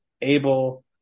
able